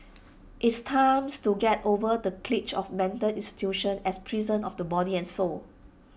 it's time to get over the cliche of mental institutions as prisons of the body and soul